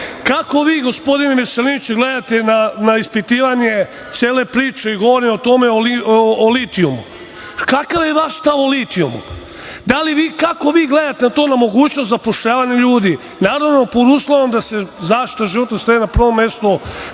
vi, gospodine Veselinoviću, gledate na ispitivanje cele priče o litijumu? Kakav je vaš stav o litijumu? Kako vi gledate na mogućnost zapošljavanja ljudi? Naravno, pod uslovom da se zaštita životne sredine na prvom mestu